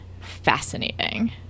fascinating